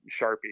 sharpie